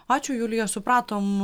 ačiū julija supratom